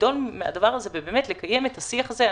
לגדול מהדבר הזה ולקיים את השיח הזה.